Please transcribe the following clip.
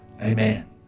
Amen